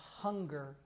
hunger